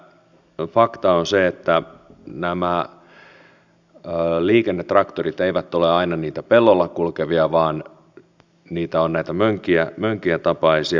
fakta on se että nämä liikennetraktorit eivät ole aina niitä pellolla kulkevia vaan niitä on näitä mönkijän tapaisia